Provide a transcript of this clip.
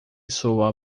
soa